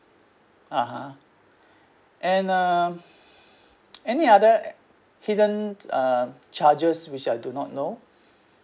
(uh huh) and um any other hidden uh charges which I do not know